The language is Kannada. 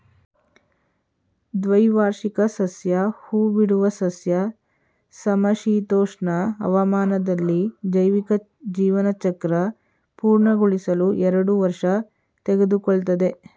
ದ್ವೈವಾರ್ಷಿಕ ಸಸ್ಯ ಹೂಬಿಡುವ ಸಸ್ಯ ಸಮಶೀತೋಷ್ಣ ಹವಾಮಾನದಲ್ಲಿ ಜೈವಿಕ ಜೀವನಚಕ್ರ ಪೂರ್ಣಗೊಳಿಸಲು ಎರಡು ವರ್ಷ ತೆಗೆದುಕೊಳ್ತದೆ